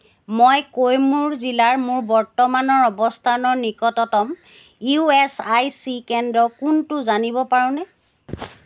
মই কৈমুৰ জিলাৰ মোৰ বৰ্তমানৰ অৱস্থানৰ নিকটতম ইউ এছ আই চি কেন্দ্ৰ কোনটো জানিব পাৰোঁনে